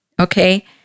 okay